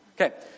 Okay